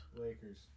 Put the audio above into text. Lakers